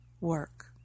work